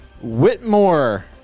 Whitmore